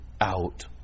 out